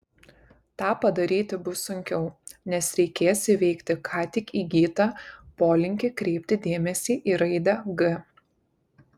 tą padaryti bus sunkiau nes reikės įveikti ką tik įgytą polinkį kreipti dėmesį į raidę g